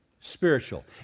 spiritual